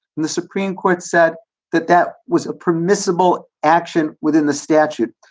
and the supreme court said that that was a permissible action within the statute.